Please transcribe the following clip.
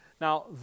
Now